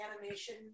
animation